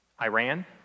Iran